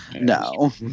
no